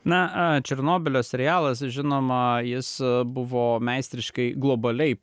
na a černobylio serialas žinoma jis buvo meistriškai globaliai